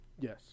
Yes